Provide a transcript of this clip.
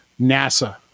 NASA